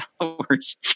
hours